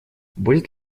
будет